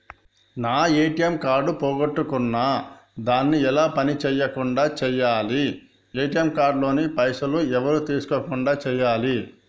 నా ATM card పోగొట్టుకున్నా దాన్ని ఎలా పని చేయకుండా చేయాలి ఏ.టి.ఎమ్ కార్డు లోని పైసలు ఎవరు తీసుకోకుండా చేయాలి?